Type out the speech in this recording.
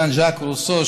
ז'אן ז'אק רוסו,